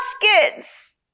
kids